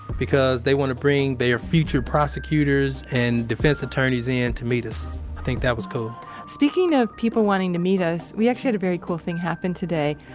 because they want to bring their future prosecutors and defense attorneys in to meet us. i think that was cool speaking of people wanting to meet us, we actually had a very cool thing happen today.